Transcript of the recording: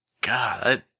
God